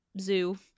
zoo